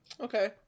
Okay